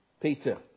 Peter